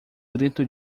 grito